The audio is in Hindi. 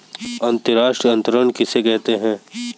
अंतर्राष्ट्रीय अंतरण किसे कहते हैं?